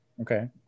Okay